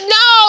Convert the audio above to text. no